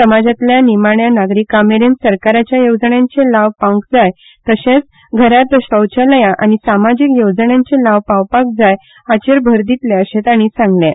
समाजांतल्या निमाण्या नागरिकां मेरेन सरकाराच्या येवजण्यांचो लाव पावंक जाय तशेंच घरांत शौचालयां आनी समाजीक येवजण्यांचे लाव पावंक जाय हाचेर भर दितले अशें तांणी सांगलें